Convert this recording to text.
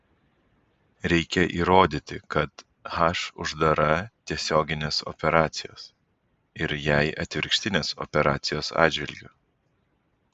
reikia įrodyti kad h uždara tiesioginės operacijos ir jai atvirkštinės operacijos atžvilgiu